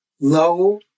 Low